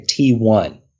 T1